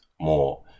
more